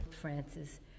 Francis